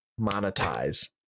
Monetize